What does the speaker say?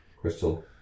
crystal